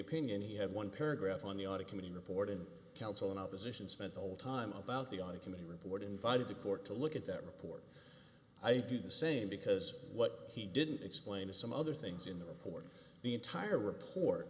opinion he had one paragraph on the audit committee report in council in opposition spent the whole time about the audit committee report invited to court to look at that report i think do the same because what he didn't explain is some other things in the report the entire report